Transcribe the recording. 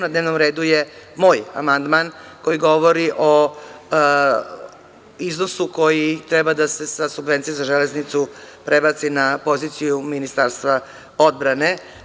Na dnevnom redu je moj amandman koji govori o iznosu koji treba da se sa subvencija za železnicu prebaci na poziciju Ministarstva odbrane.